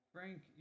Frank